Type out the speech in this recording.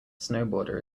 snowboarder